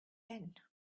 end